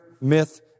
myth